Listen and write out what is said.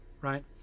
right